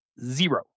zero